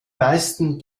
meisten